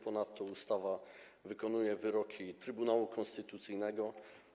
Ponadto ustawa wykonuje wyrok Trybunału Konstytucyjnego.